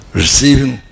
receiving